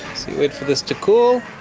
see wait for this to cool